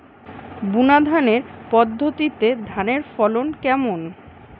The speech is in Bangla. বুনাধানের পদ্ধতিতে ধানের ফলন কেমন?